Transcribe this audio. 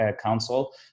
council